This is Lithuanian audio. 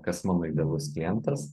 kas mano idealus klientas